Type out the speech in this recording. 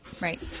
Right